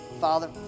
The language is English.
Father